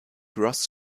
ross